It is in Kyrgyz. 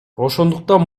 ошондуктан